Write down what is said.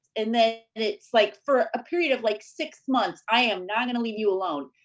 and then, it's like for a period of like six months, i am not gonna leave you alone.